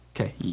Okay